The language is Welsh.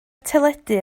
teledu